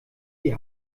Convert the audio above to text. die